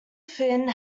fin